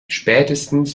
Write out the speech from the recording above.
spätestens